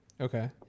Okay